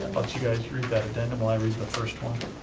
you guys read that addendum while i read the first one.